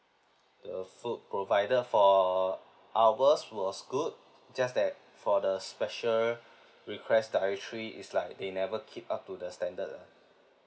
the food provided for ours was good just that for the special request dietary is like they never keep up to the standard lah